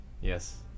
Yes